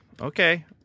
okay